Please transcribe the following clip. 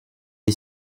est